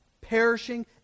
perishing